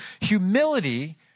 Humility